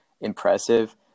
impressive